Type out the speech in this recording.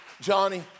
Johnny